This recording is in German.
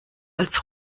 als